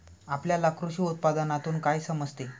आपल्याला कृषी उत्पादनातून काय समजते?